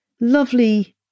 lovely